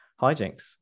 hijinks